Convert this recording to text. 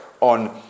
on